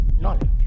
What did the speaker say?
knowledge